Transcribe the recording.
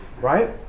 right